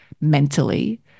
mentally